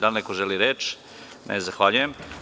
Da li neko želi reč? (Ne) Zahvaljujem.